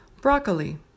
Broccoli